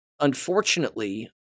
unfortunately